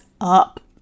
up